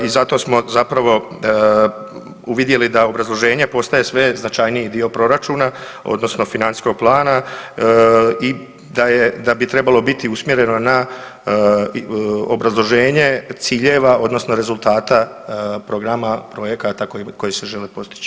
I zato smo zapravo uvidjeli da obrazloženje postaje sve značajniji dio proračuna odnosno financijskog plana i da je, da bi trebalo biti usmjereno na obrazloženje ciljeva odnosno rezultata programa projekata koji se žele postići.